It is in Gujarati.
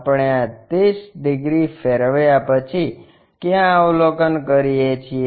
આપણે આ 30 ડિગ્રી ફેરવ્યા પછી ક્યાં અવલોકન કરીએ છીએ